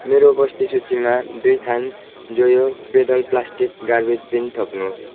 मेरो वस्तु सूचीमा दुई थान जोयो पेडल प्लास्टिक गार्बेज बिन थप्नुहोस्